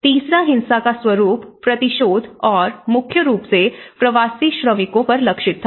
तीसरा हिंसा का स्वरूप प्रतिशोध और मुख्य रूप से प्रवासी श्रमिकों पर लक्षित था